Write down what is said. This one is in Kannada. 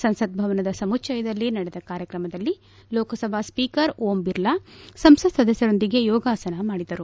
ಸಂಸತ್ ಭವನದ ಸಮುಚ್ಚಯದಲ್ಲಿ ನಡೆದ ಕಾರ್ಯಕ್ರಮದಲ್ಲಿ ಲೋಕಸಭಾ ಸ್ವೀಕರ್ ಓಂ ಬಿರ್ಲಾ ಸಂಸತ್ ಸದಸ್ಯರೊಂದಿಗೆ ಯೋಗಾಸನ ಮಾಡಿದರು